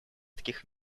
таких